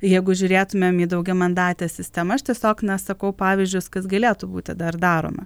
jeigu žiūrėtumėm į daugiamandatę sistemą aš tiesiog na sakau pavyzdžius kas galėtų būti dar daroma